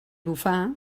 bufar